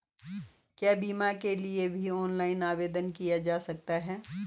क्या बीमा के लिए भी ऑनलाइन आवेदन किया जा सकता है?